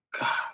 God